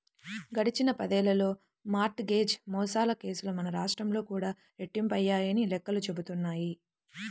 గడిచిన పదేళ్ళలో mortgage మోసాల కేసులు మన రాష్ట్రంలో కూడా రెట్టింపయ్యాయని లెక్కలు చెబుతున్నాయి